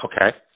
okay